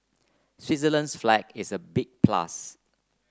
Switzerland's flag is a big plus